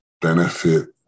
benefit